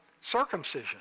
circumcision